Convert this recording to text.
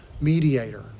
mediator